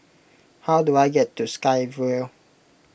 how do I get to Sky Vue